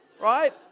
Right